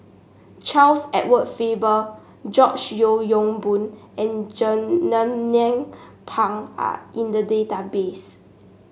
Charles Edward Faber George Yeo Yong Boon and Jernnine Pang are in the database